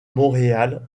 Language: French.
montréal